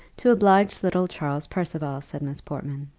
to oblige little charles percival, said miss portman.